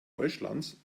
deutschlands